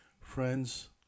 Friends